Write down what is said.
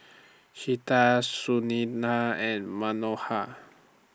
Chetan Sunita and Manohar